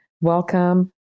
Welcome